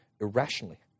irrationally